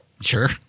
Sure